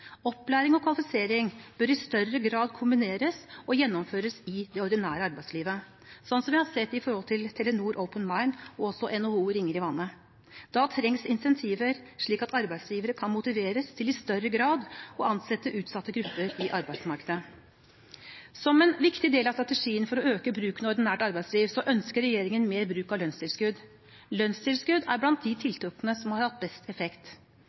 Opplæring og kvalifisering bør i større grad kombineres og gjennomføres i det ordinære arbeidslivet, sånn som vi har sett med Telenor Open Mind og Ringer i Vannet i regi av NHO. Da trengs incentiver slik at arbeidsgivere kan motiveres til i større grad å ansette utsatte grupper i arbeidsmarkedet. Som en viktig del av strategien for å øke bruken av ordinært arbeidsliv ønsker regjeringen mer bruk av lønnstilskudd. Lønnstilskudd er blant de tiltakene som har hatt best effekt.